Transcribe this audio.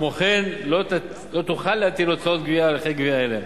כמו כן לא תוכל הרשות להטיל הוצאות גבייה על הליכי גבייה אלה.